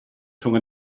rhwng